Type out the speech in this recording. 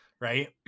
right